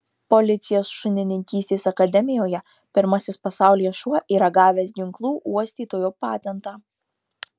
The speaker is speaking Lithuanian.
policijos šunininkystės akademijoje pirmasis pasaulyje šuo yra gavęs ginklų uostytojo patentą